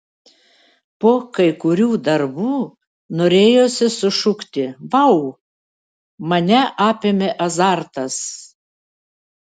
po kai kurių darbų norėjosi sušukti vau mane apėmė azartas